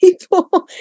people